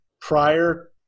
prior